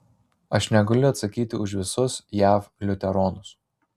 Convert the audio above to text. aš negaliu atsakyti už visus jav liuteronus